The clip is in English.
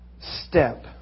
step